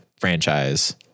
Franchise